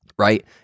Right